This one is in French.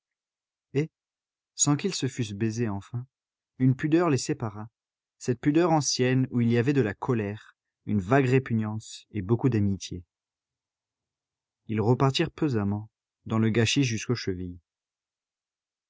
sans qu'ils se fussent baisés enfin une pudeur les sépara cette pudeur ancienne où il y avait de la colère une vague répugnance et beaucoup d'amitié ils repartirent pesamment dans le gâchis jusqu'aux chevilles